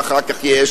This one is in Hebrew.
ואחר כך יש,